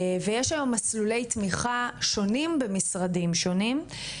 ויש היום מסלולי תמיכה שונים במשרדים שונים,